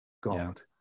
God